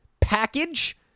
package